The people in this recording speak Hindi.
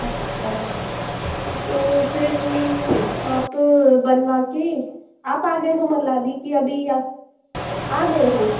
अच्छा तो फिर आप बनवा के आप आ गए हो मनाली कि अभी आप आ गए हो